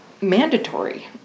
mandatory